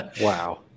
Wow